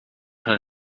her